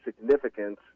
significance